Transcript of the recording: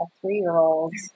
three-year-old